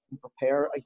prepare